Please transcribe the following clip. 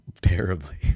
terribly